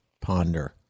ponder